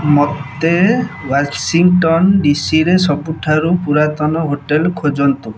ମୋତେ ୱାଶିଂଟନ୍ ଡିସିରେ ସବୁଠାରୁ ପୁରାତନ ହୋଟେଲ୍ ଖୋଜନ୍ତୁ